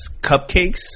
cupcakes